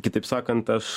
kitaip sakant aš